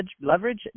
Leverage